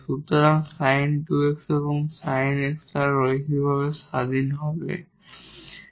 সুতরাং sin 2 x এবং sin x তারা লিনিয়ারভাবে ইন্ডিপেন্ডেট